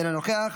אינו נוכח,